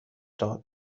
داد